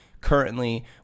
currently